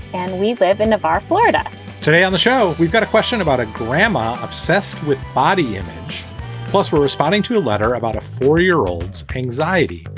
and we live in nevada, florida today on the show we've got a question about a grandma obsessed with body image plus, we're responding to a letter about a four year old's anxiety.